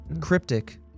Cryptic